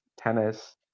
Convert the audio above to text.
tennis